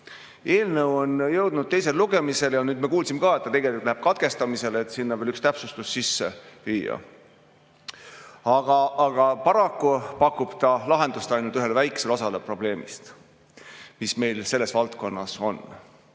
Eelnõu on jõudnud teisele lugemisele ja nüüd me kuulsime ka, et ta läheb katkestamisele, et sinna veel üks täpsustus sisse viia. Aga paraku pakub ta lahendust ainult ühele väiksele osale probleemist, mis meil selles valdkonnas